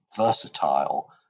versatile